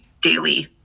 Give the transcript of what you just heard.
daily